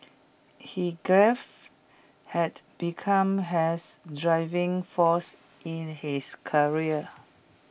his grief had become has driving force in his career